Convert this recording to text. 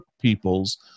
people's